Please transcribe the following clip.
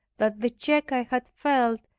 that the check i had felt,